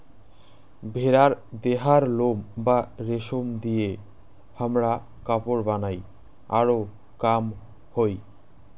ভেড়ার দেহার লোম বা রেশম দিয়ে হামরা কাপড় বানাই আরো কাম হই